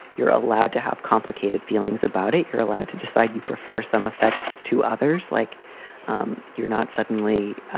you're allowed to have complicated feelings about it. you're allowed to decide you prefer some effects to others, like um you're not suddenly.